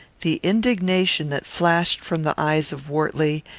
the indignation that flashed from the eyes of wortley,